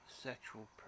sexual